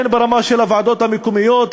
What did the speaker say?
הן ברמה של הוועדות המקומיות,